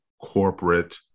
corporate